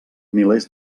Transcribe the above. milers